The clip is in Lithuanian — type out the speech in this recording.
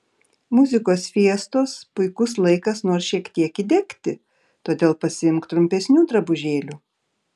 muzikos fiestos puikus laikas nors šiek tiek įdegti todėl pasiimk trumpesnių drabužėlių